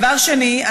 דבר שני,